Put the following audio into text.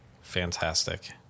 Fantastic